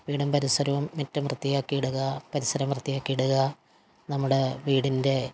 വീടും പരിസരവും മുറ്റം വൃത്തിയാക്കിയിടുക പരിസരം വൃത്തിയാക്കിയിടുക നമ്മുടെ വീടിൻ്റെ